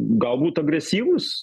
galbūt agresyvūs